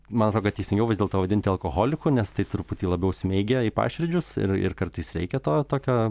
man atrodo kad teisingiau vis dėlto vadinti alkoholiku nes tai truputį labiau smeigia į paširdžius ir ir kartais reikia to tokio